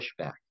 pushback